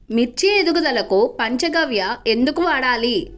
మిర్చి ఎదుగుదలకు పంచ గవ్య ఎందుకు వాడాలి?